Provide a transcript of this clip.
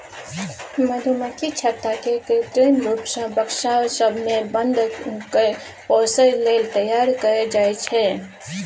मधुमक्खी छत्ता केँ कृत्रिम रुप सँ बक्सा सब मे बन्न कए पोसय लेल तैयार कयल जाइ छै